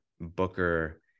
Booker